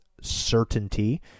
certainty